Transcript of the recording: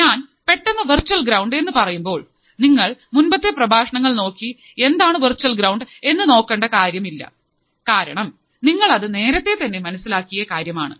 ഞാൻ പെട്ടെന്ന് virtual ground എന്നു പറയുമ്പോൾ നിങ്ങൾ മുൻപത്തെ പ്രഭാഷണങ്ങൾ നോക്കി എന്താണു വെർച്ചൽ ഗ്രൌണ്ട് എന്ന് നോക്കണ്ട കാര്യമില്ല കാരണം നിങ്ങൾ അത് നേരത്തെ തന്നെ മനസ്സിലാക്കിയ കാര്യമാണ്